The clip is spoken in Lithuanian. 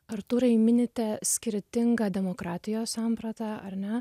artūrai minite skirtingą demokratijos sampratą ar ne